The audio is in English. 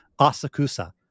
Asakusa